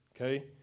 Okay